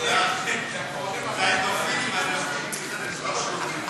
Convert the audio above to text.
האנדורפינים בחדר-הכושר.